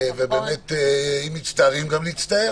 ובאמת, אם מצטערים, גם להצטער.